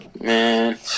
Man